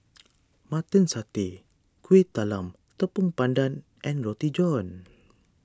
Mutton Satay Kueh Talam Tepong Pandan and Roti John